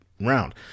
round